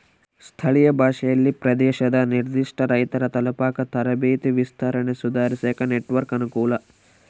ಸ್ಥಳೀಯ ಭಾಷೆಯಲ್ಲಿ ಪ್ರದೇಶದ ನಿರ್ಧಿಷ್ಟ ರೈತರ ತಲುಪಾಕ ತರಬೇತಿ ವಿಸ್ತರಣೆ ಸುಧಾರಿಸಾಕ ನೆಟ್ವರ್ಕ್ ಅನುಕೂಲ